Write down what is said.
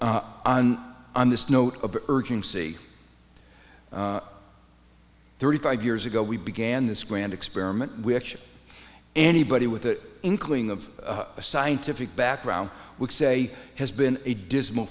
end on on this note of urgency thirty five years ago we began this grand experiment which anybody with an inkling of a scientific background would say has been a dismal